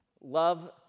Love